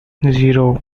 zero